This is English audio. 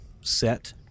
set